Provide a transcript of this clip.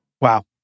Wow